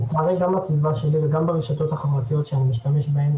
לצערי גם בסביבה שלי וגם ברשתות החברתיות שאני משתמש בהן,